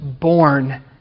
born